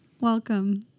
Welcome